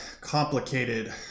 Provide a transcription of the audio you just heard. complicated